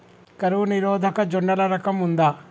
కరువు నిరోధక జొన్నల రకం ఉందా?